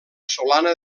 solana